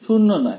শূন্য নয়